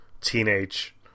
teenage